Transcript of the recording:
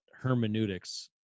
hermeneutics